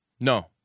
No